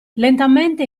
lentamente